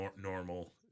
normal